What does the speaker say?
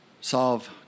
solve